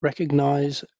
recognize